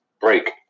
break